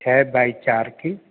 چھ بائی چار کی